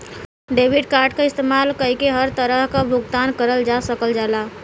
debit card क इस्तेमाल कइके हर तरह क भुगतान करल जा सकल जाला